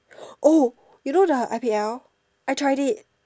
oh you know the I_P_L I tried it